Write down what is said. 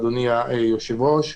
אדוני היושב-ראש.